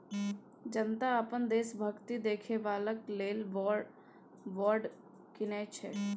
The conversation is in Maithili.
जनता अपन देशभक्ति देखेबाक लेल वॉर बॉड कीनय छै